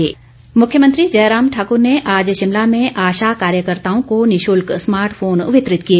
smart phone मुख्यमंत्री जयराम ठाकर ने आज शिमला में आशा कार्यकर्ताओं को निशुल्क स्मार्ट फोन वितरित किए